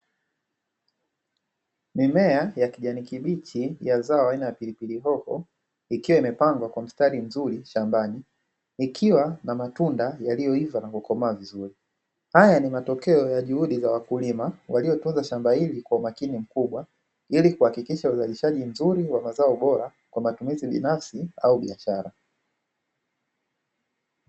Mimea ya kijani kibichi ya zao aina ya pilipili hoho, ikiwa imepandwa kwa mistari mzuri shambani, ikiwa na matunda yaliyoiva na kukomaa vizuri. Haya ni matokeo ya juhudi za wakulima waliotunza shamba hilo kwa umakini mkubwa ili kuhakikisha uzalishaji mzuri wa mazao bora kwa matumizi binafsi au biashara.